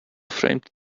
framed